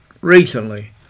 recently